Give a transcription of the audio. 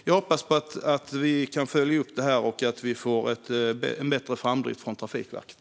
Jag hoppas att vi kan följa upp detta och att vi får en bättre framdrift från Trafikverket.